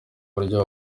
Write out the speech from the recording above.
buryo